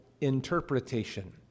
interpretation